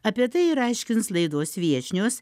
apie tai ir aiškins laidos viešnios